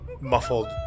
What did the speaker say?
muffled